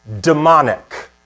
demonic